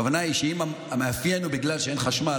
הכוונה היא שאם המאפיין הוא בגלל שאין חשמל,